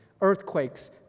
earthquakes